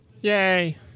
Yay